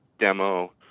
demo